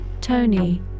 Tony